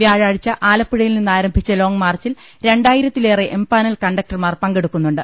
വ്യാഴാഴ്ച ആലപ്പുഴയിൽ നിന്നാ രംഭിച്ചു ലോംഗ്മാർച്ചിൽ രണ്ടായിരത്തിലേറെ എംപാനൽ കണ്ടക്ടർമാർ പങ്കെടുക്കുന്നുണ്ട്